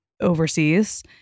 overseas